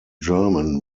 german